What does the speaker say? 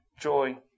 joy